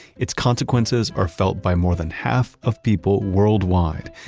its consequences are felt by more than half of people worldwide,